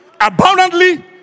abundantly